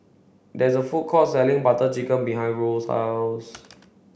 there is a food court selling Butter Chicken behind Roe's house